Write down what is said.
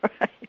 Right